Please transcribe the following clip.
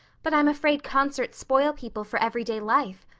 but i'm afraid concerts spoil people for everyday life.